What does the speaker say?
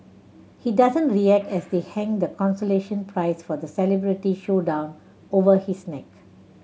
he doesn't react as they hang the consolation prize for the celebrity showdown over his neck